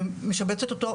משבצת אותו,